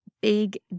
big